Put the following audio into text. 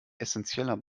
essenzieller